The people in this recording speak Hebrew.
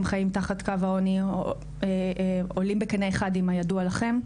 חיים תחת קו העוני עולים בקנה אחד עם הידוע לכם?